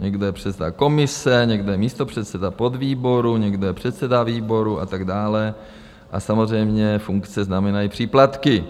Někdo je předseda komise, někdo je místopředseda podvýboru, někdo je předseda výboru a tak dále, a samozřejmě funkce znamenají příplatky.